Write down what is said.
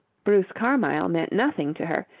bruce carmyle meant nothing to her,